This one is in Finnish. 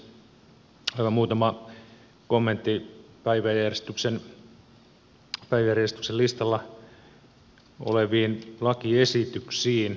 aivan muutama kommentti päiväjärjestyksen listalla oleviin lakiesityksiin